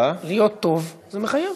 חבר הכנסת מקלב,